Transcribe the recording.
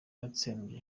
yatsembye